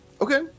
Okay